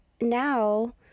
now